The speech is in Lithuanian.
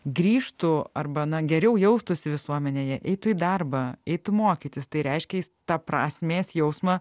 grįžtų arba na geriau jaustųsi visuomenėje eitų į darbą eitų mokytis tai reiškia jis tą prasmės jausmą